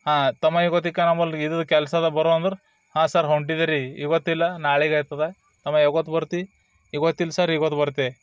ಹಾ ತಮ್ಮ ಇಗೋತಿಕ ನಂಬಲ್ಲಿ ಇದು ಕೆಲಸ ಅದೆ ಬರ್ರೋ ಅಂದ್ರೆ ಹಾಂ ಸರ್ ಹೊಂಟಿದಿರಿ ಇವತ್ತು ಇಲ್ಲ ನಾಳಿಗೆ ಆಯ್ತದೆ ತಮ್ಮ ಯಾವತ್ತು ಬರ್ತಿ ಇವತ್ತು ಇಲ್ಲ ಸರ್ ಇವತ್ತು ಬರ್ತೆ